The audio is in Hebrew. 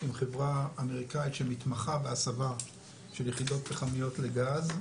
עם חברה אמריקאית שמתמחה בהסבה של יחידות פחמיות לגז.